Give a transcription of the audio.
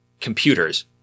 computers